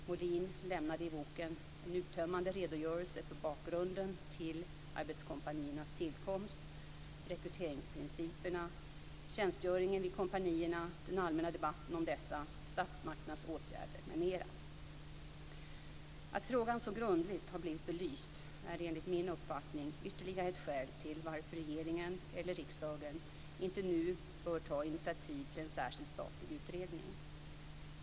Molin lämnar i boken en uttömmande redogörelse för bakgrunden till arbetskompaniernas tillkomst, rekryteringsprinciperna, tjänstgöringen vid kompanierna, den allmänna debatten om dessa, statsmakternas åtgärder m.m. Att frågan så grundligt har blivit belyst är enligt min uppfattning ytterligare ett skäl till varför regeringen eller riksdagen inte nu bör ta initiativ till en särskild statlig utredning.